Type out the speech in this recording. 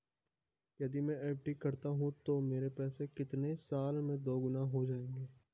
यदि मैं एफ.डी करता हूँ तो मेरे पैसे कितने साल में दोगुना हो जाएँगे?